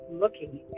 looking